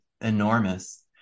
enormous